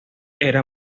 era